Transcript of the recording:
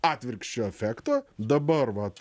atvirkščio efekto dabar vat